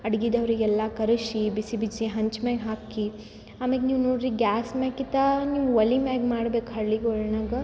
ಅಡ್ಗೆದವ್ರಿಗೆ ಎಲ್ಲ ಕರೆಸಿ ಬಿಸಿ ಬಿಸಿ ಹಂಚ್ಮೇಲೆ ಹಾಕಿ ಆಮೇಲೆ ನೀವು ನೋಡ್ರಿ ಗ್ಯಾಸ್ ಮೇಕಿತ್ತ ನೀವು ಒಲೆಮ್ಯಾಗ್ ಮಾಡ್ಬೇಕು ಹಳ್ಳಿಗಳಾಗ